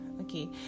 okay